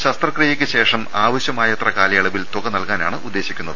ശസ്ത്രക്രിയയ്ക്ക് ശേഷം ആവശ്യമായത്ര കാലയളവിൽ തുക നൽകാനാണ് ഉദ്ദേശിക്കുന്നത്